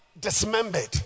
dismembered